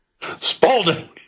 Spalding